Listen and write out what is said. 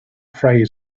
following